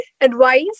advice